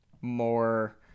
more